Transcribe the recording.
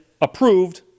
approved